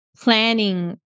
planning